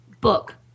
book